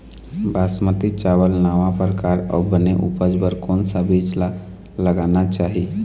बासमती चावल नावा परकार अऊ बने उपज बर कोन सा बीज ला लगाना चाही?